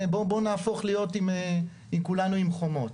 בואו נהפוך להיות כולנו עם חומות.